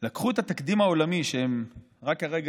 לקחו את התקדים העולמי שהם רק כרגע